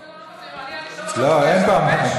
אבל אני רוצה, לא, אין פעם נוספת.